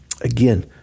again